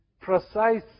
precise